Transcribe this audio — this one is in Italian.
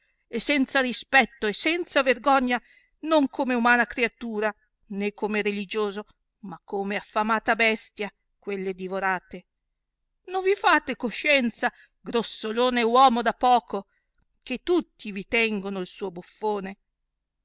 e senza rispetto e senza vergogna non come umana creatura né come religioso ma come affamata bestia quelle divorate ison vi fate conscienza grossolone e uomo da poco che tutti vi tengono il suo buffone